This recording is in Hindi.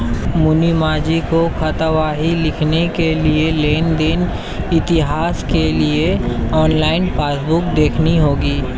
मुनीमजी को खातावाही लिखने के लिए लेन देन इतिहास के लिए ऑनलाइन पासबुक देखनी होगी